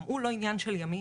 גם הוא לא עניין של ימים.